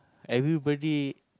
everybody